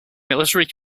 military